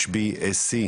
ועדת חוקה,